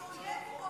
האויב הוא אויב.